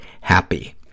HAPPY